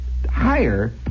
Higher